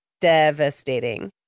devastating